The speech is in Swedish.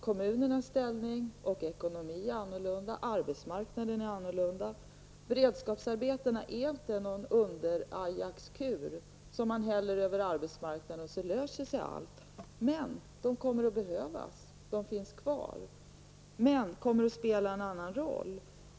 Kommunernas ställning och ekonomi är en annan, och även arbetsmarknaden är en annan. Beredskapsarbetena är inte någon Underajax-kur som man kan ta till för arbetsmarknaden och tro att allt därmed löser sig. Men de kommer att behövas och de finns kvar. De kommer emellertid att spela en annan roll.